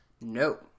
No